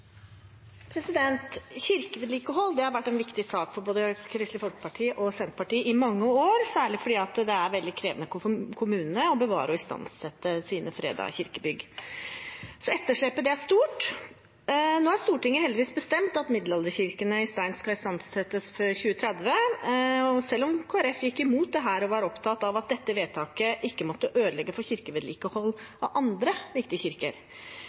Kirkevedlikehold har vært en viktig sak for både Kristelig Folkeparti og Senterpartiet i mange år, særlig fordi det er veldig krevende for kommunene å bevare og istandsette sine fredede kirkebygg, så etterslepet er stort. Nå har Stortinget heldigvis bestemt at middelalderkirkene i stein skal istandsettes før 2030, selv om Kristelig Folkeparti gikk imot dette og var opptatt av at dette vedtaket ikke måtte ødelegge for vedlikehold av andre viktige kirker.